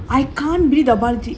I can't believe the bala ajith